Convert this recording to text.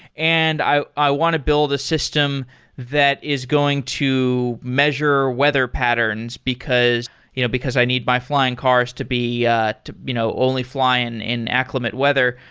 and i i want to build a system that is going to measure weather patterns, because you know because i need my flying cars to be ah you know only flying in acclimate weather.